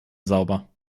sauber